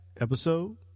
episode